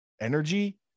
energy